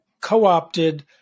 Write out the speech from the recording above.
co-opted